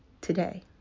today